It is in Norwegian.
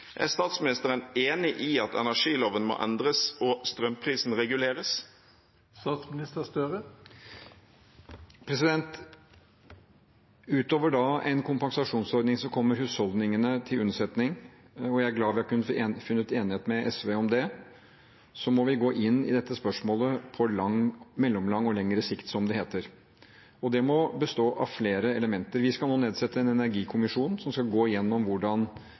Er statsministeren enig i at energiloven må endres og strømprisen reguleres? Utover en kompensasjonsordning som kommer husholdningene til unnsetning – og jeg er glad vi har funnet enighet med SV om det – må vi gå inn i dette spørsmålet på lang, mellomlang og lengre sikt, som det heter, og det må bestå av flere elementer. Vi skal nå nedsette en energikommisjon som skal gå gjennom hvordan